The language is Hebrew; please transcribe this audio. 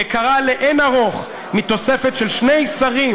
יקרה לאין ערוך מתוספת של שני שרים,